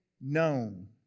known